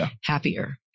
happier